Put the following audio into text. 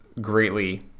greatly